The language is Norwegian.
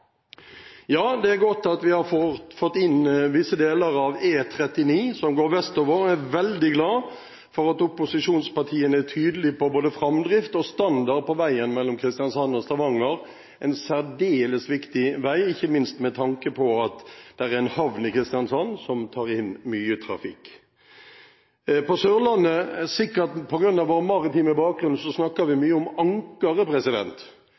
Ja, det er godt at vi har fått inn visse deler av E39, som går vestover, og jeg er veldig glad for at opposisjonspartiene er tydelige på både framdrift og standard på veien mellom Kristiansand og Stavanger, for dette er en særdeles viktig vei, ikke minst med tanke på at det er en havn i Kristiansand som tar inn mye trafikk. På Sørlandet – sikkert på grunn av vår maritime bakgrunn – snakker vi